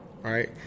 right